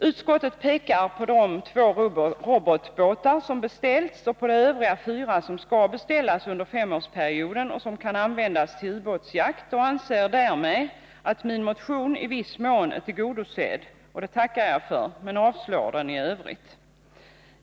Utskottet pekar på de två robotbåtar som beställts och på de övriga fyra som skall beställas under femårsperioden och som kan användas till ubåtsjakt. Utskottet anser därmed att min motion i viss mån är tillgodosedd — och det tackar jag för — men avstyrker den i övrigt.